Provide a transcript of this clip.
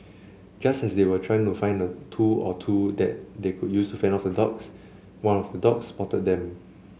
just as they were trying to find a tool or two that they could use to fend off the dogs one of the dogs spotted them